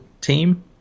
team